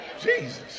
Jesus